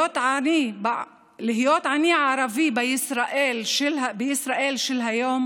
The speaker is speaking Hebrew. להיות עני ערבי בישראל של היום